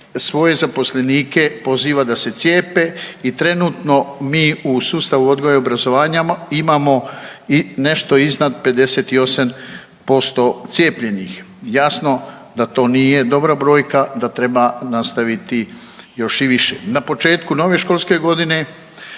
svoje zaposlenike poziva da se cijepe i trenutno mi u sustavu odgoja i obrazovanja imamo nešto iznad 58% cijepljenih. Jasno da to nije dobra brojka, da treba nastaviti još i više. Na početku nove školske godine